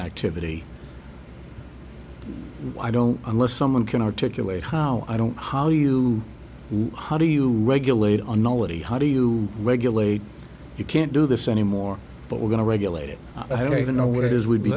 activity why don't unless someone can articulate how i don't how you know how do you regulate on melody how do you regulate you can't do this anymore but we're going to regulate it i don't even know what it is we'd be